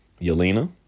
Yelena